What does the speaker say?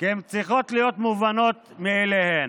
כי הן צריכות להיות מובנות מאליהן.